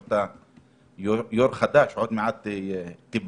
היושב-ראש, אתה יו"ר חדש, עוד מעט תיבחר